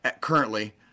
currently